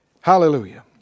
Hallelujah